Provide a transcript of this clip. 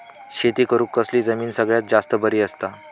शेती करुक कसली जमीन सगळ्यात जास्त बरी असता?